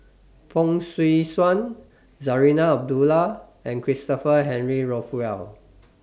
Fong Swee Suan Zarinah Abdullah and Christopher Henry Rothwell